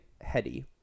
heady